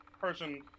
person